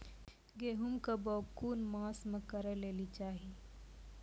गेहूँमक बौग कून मांस मअ करै लेली चाही?